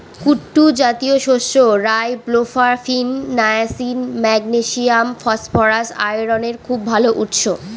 কুট্টু জাতীয় শস্য riboflavin, niacin, magnesium, phosphorus, আয়রনের খুব ভাল উৎস